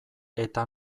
eta